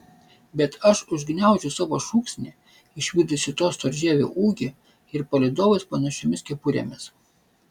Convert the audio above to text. bet aš užgniaužiu savo šūksnį išvydusi to storžievio ūgį ir palydovus panašiomis kepurėmis